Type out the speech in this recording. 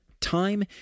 Time